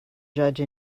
judge